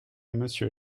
monsieur